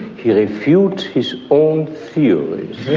he refutes his own theories.